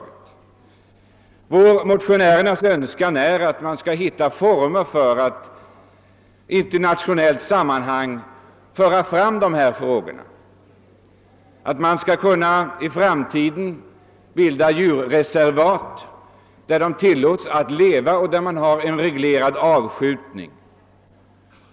Det är motionärernas önskan att vi skall kunna hitta former att föra fram dessa frågor i internationellt sammanhang, så att man i framtiden kan bilda djurreservat där djuren kan leva och där man kan ha en reglerad avskjutning.